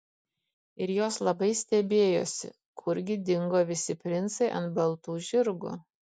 ir jos labai stebėjosi kurgi dingo visi princai ant baltų žirgų